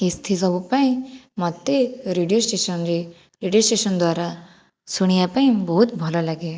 ସବୁପାଇଁ ମୋତେ ରେଡ଼ିଓ ଷ୍ଟେସନ୍ରେ ରେଡ଼ିଓ ଷ୍ଟେସନ୍ ଦ୍ୱାରା ଶୁଣିବା ପାଇଁ ବହୁତ୍ ଭଲ ଲାଗେ